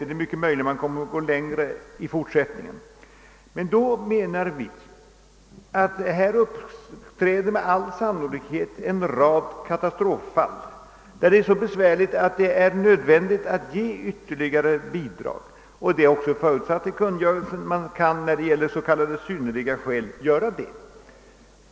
Det är mycket möjligt att man kommer att gå längre i fortsättningen. Vi räknar emellertid samtidigt med att det kommer att uppträda en rad katastroffall, där besvärligheterna är så stora att det är nödvändigt att ge ytterligare bidrag. Sådana fall är också förutsedda i kungörelsen — högre bidrag kan ges när s.k. synnerliga skäl föreligger.